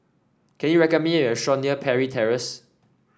can you recommend me a restaurant near Parry Terrace